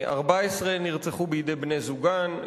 14 נרצחו בידי בני-זוגן,